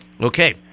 Okay